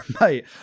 Mate